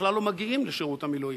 בכלל לא מגיעים לשירות המילואים,